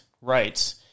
Right